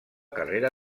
carrera